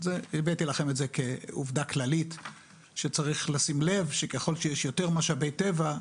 הבאתי לכם את זה כעובדה כללית שצריך לשים לב שככל שיש יותר משאבי טבע,